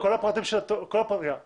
כל הפרטים של העסק.